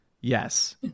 yes